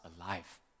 alive